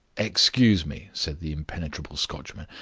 excuse me, said the impenetrable scotchman.